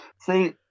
See